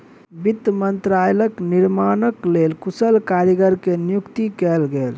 वित्त मंत्रालयक निर्माणक लेल कुशल कारीगर के नियुक्ति कयल गेल